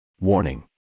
Warning